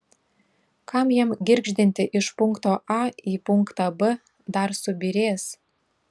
kam jam girgždinti iš punkto a į punktą b dar subyrės